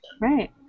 Right